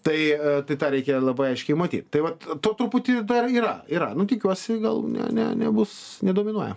tai tai tą reikia labai aiškiai matyt tai vat to truputį dar yra yra nu tikiuosi gal ne ne nebus nedominuoja